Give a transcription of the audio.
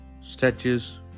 statues